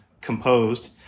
composed